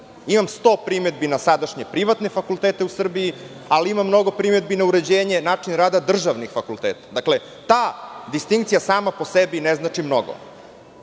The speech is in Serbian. Imamo sto primedbi na sadašnje privatne fakultete u Srbiji, ali imam mnogo primedbi na uređenje, način rada državnih fakulteta. Dakle, ta distincija sama po sebi ne znači mnogo.